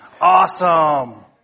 Awesome